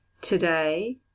Today